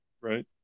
Right